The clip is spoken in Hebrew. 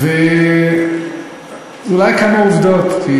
אולי כמה עובדות,